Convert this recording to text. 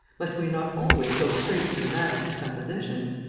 must we not always go straight for the maddest suppositions?